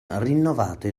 rinnovato